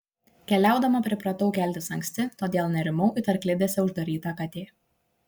keliaudama pripratau keltis anksti todėl nerimau it arklidėse uždaryta katė